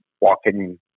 walking